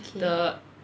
okay